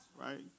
right